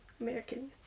American